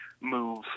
move